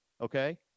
okay